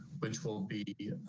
which will be